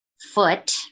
foot